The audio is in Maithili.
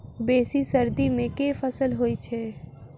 बेसी सर्दी मे केँ फसल होइ छै?